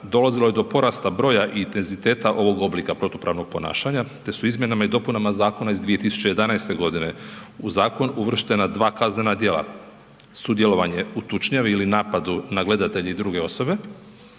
dolazilo je do porasta broja intenziteta ovog oblika protupravnog ponašanja te su izmjenama i dopunama zakona iz 2011. godine u zakon uvrštena dva kaznena djela – sudjelovanje u tučnjavi ili napadu na gledatelje i druge osobe